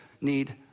need